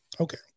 okay